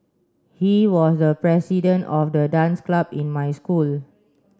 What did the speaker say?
he was the president of the dance club in my school